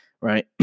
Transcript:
Right